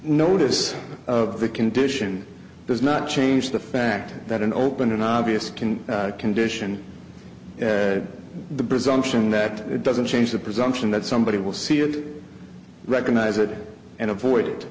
notice of the condition does not change the fact that an open and obvious can condition the presumption that it doesn't change the presumption that somebody will see it recognize it and avoid it